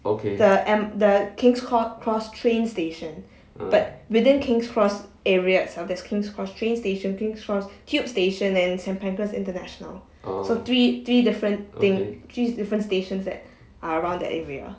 the m~ the king's cour~ cross train station but within king's cross areas of there's king's cross train station king's cross tube station and saint pancras international so three three different thing three different stations that are around that area